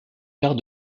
tard